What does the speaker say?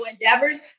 endeavors